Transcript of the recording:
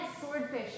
swordfish